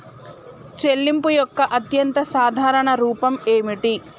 చెల్లింపు యొక్క అత్యంత సాధారణ రూపం ఏమిటి?